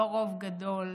לא רוב גדול,